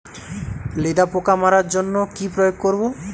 লেদা পোকা মারার জন্য কি প্রয়োগ করব?